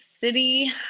City